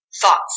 thoughts